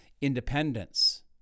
independence